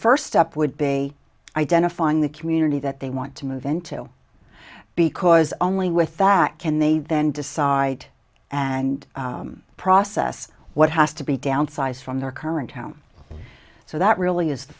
first step would be a identifying the community that they want to move into because only with that can they then decide and process what has to be downsized from their current home so that really is the